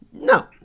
No